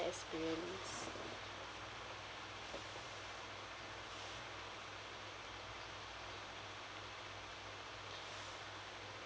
experience